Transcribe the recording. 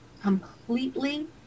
completely